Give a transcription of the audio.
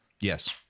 Yes